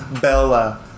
Bella